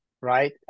right